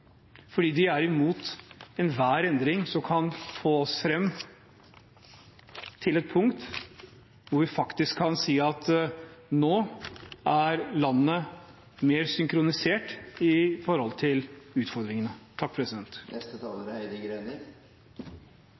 fordi de er imot enhver endring som kan få oss fram til et punkt hvor vi faktisk kan si at nå er landet mer synkronisert i forhold til utfordringene. Hvor er Senterpartiet? Jo, Senterpartiet er